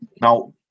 Now